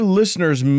listeners